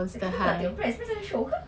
kita tak tengok bratz ada show ke